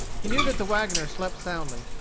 he knew that the wagoner slept soundly,